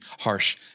harsh